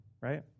right